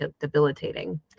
debilitating